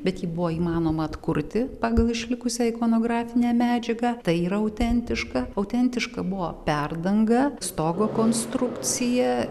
bet jį buvo įmanoma atkurti pagal išlikusią ikonografinę medžiagą tai autentiška autentiška buvo perdanga stogo konstrukcija